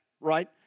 Right